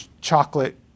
chocolate